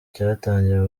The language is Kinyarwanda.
cyatangiye